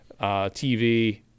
TV